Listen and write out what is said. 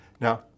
Now